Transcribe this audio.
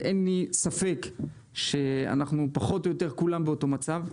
ואין לי ספק שאנחנו פחות או יותר כולם באותו מצב,